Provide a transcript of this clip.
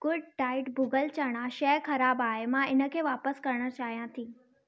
good diet भुॻल चणा शइ ख़राबु आहे मां इन खे वापसि करणु चाहियां थी